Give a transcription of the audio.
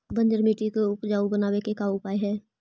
बंजर मट्टी के उपजाऊ बनाबे के का उपाय है?